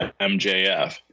MJF